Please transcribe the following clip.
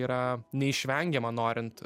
yra neišvengiama norint